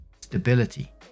Stability